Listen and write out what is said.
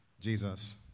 Jesus